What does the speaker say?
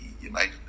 United